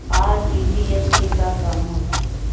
RTGS के का काम होला?